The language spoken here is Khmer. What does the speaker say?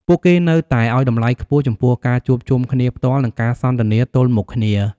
ពួកគេនៅតែឲ្យតម្លៃខ្ពស់ចំពោះការជួបជុំគ្នាផ្ទាល់ និងការសន្ទនាទល់មុខគ្នា។